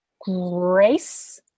grace